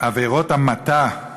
עבירות המתה,